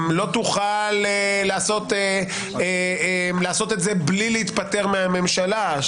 לא תוכל לעשות את זה בלי להתפטר מהממשלה.